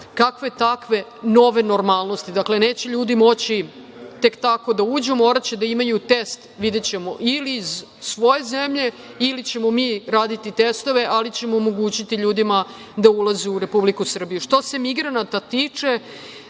kakve-takve nove normalnosti. Dakle, neće ljudi moći tek tako da uđu, moraće da imaju test ili iz svoje zemlje ili ćemo mi raditi testove, ali ćemo omogućiti ljudima da ulaze u Republiku Srbiju. Što se migranata tiče,